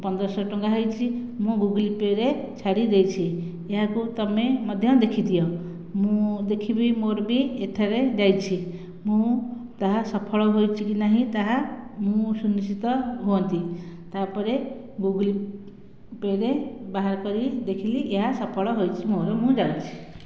ପନ୍ଦରଶହ ଟଙ୍କା ହୋଇଛି ମୁଁ ଗୁଗୁଲ ପେରେ ଛାଡ଼ିଦେଇଛି ଏହାକୁ ତୁମେ ମଧ୍ୟ ଦେଖିଦିଅ ମୁଁ ଦେଖିବି ମୋର ବି ଏଥିରେ ଯାଇଛି ମୁଁ ତାହା ସଫଳ ହୋଇଛି କି ନାହିଁ ତାହା ମୁଁ ସୁନିଶ୍ଚିତ ହୁଅନ୍ତି ତା'ପରେ ପେରେ ବାହାର କରି ଦେଖିଲି ଏହା ସଫଳ ହୋଇଛି ମୋର ମୁଁ ଜାଣିଛି